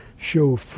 show